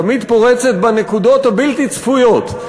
תמיד פורצת בנקודות הבלתי-צפויות.